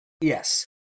Yes